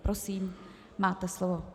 Prosím, máte slovo.